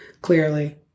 clearly